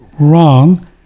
wrong